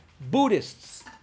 Buddhists